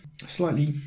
slightly